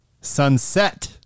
sunset